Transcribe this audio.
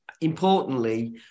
importantly